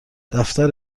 دفتر